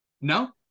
No